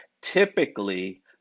typically